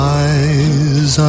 eyes